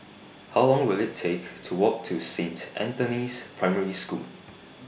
How Long Will IT Take to Walk to Saint Anthony's Primary School